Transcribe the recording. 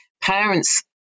parents –